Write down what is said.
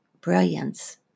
brilliance